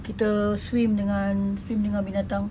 kita swim dengan swim dengan binatang